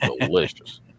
delicious